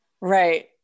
Right